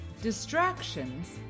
distractions